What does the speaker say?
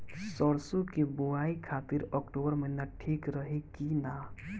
सरसों की बुवाई खाती अक्टूबर महीना ठीक रही की ना?